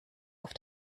auf